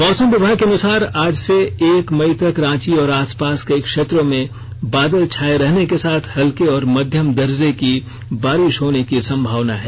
मौसम विभाग के अनुसार आज से एक मई तक रांची और आसपास के क्षेत्रो में बादल छाये रहने के साथ हल्के और मध्यम दर्जे की बारिष होने की संभावना है